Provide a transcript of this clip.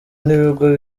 n’ibigo